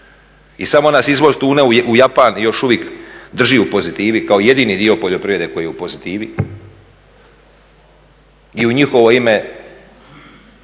i samo nas izvoz tune u Japan još uvijek drži u pozitivi kao jedini dio poljoprivrede koji je u pozitivi i u njihovo ime